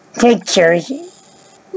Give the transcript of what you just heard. pictures